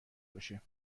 باشه